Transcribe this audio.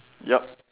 yup